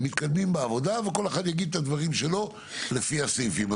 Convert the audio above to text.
מתקדמים בעבודה וכל אחד יגיד את הדברים שלו לפי הסעיפים.